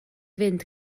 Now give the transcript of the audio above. fynd